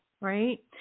right